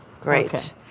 great